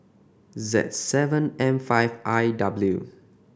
Z seven M five I W